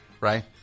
right